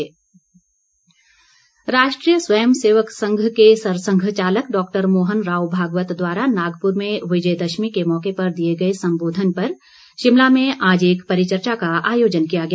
RSS Rashtriya Swayam Sevak Sangh के सरसंघ चालक डॉक्टर मोहन राव भागवत द्वारा नागपुर में विजयदशमी के मौके पर दिए गए संबोधन पर शिमला में आज एक परिचर्चा का आयोजन किया गया